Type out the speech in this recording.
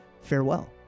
farewell